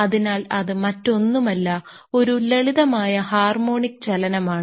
അതിനാൽ അത് മറ്റൊന്നുമല്ല ഒരു ലളിതമായ ഹാർമോണിക് ചലനമാണ്